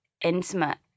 intimate